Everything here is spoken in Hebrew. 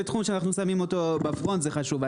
תחום שאנחנו שמים אותו בפרונט זה חשוב.